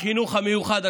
החינוך המיוחד,